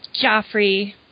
Joffrey